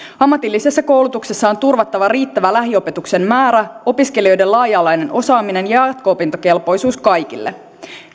ammatillisessa koulutuksessa on turvattava riittävä lähiopetuksen määrä opiskelijoiden laaja alainen osaaminen ja jatko opintokelpoisuus kaikille